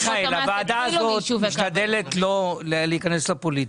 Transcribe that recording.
הוועדה הזאת משתדלת לא להיכנס לפוליטיקה,